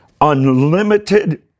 unlimited